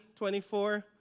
24